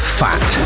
fat